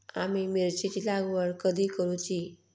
आम्ही मिरचेंची लागवड कधी करूची?